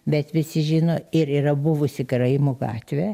bet visi žino ir yra buvusi karaimų gatvė